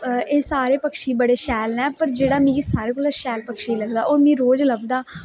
एह् सारे पक्षी बडे़ शैल ना पर जेहड़ा मिगी सारे कोला शैल पक्षी लगदा ओह् मिं रोज लभदा